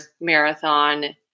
marathon